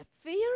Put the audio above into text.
fear